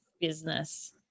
business